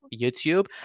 youtube